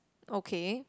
okay